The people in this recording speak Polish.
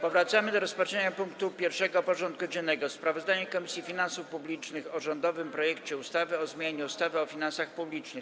Powracamy do rozpatrzenia punktu 1. porządku dziennego: Sprawozdanie Komisji Finansów Publicznych o rządowym projekcie ustawy o zmianie ustawy o finansach publicznych.